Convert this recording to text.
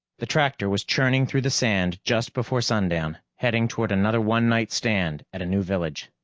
the tractor was churning through the sand just before sundown, heading toward another one-night stand at a new village.